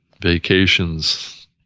Vacations